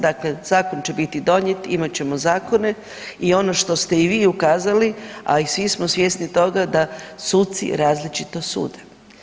Dakle, zakon će biti donijet, imat ćemo zakone i ono što ste i vi ukazali, a i svi smo svjesni toga da suci različito sude.